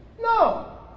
No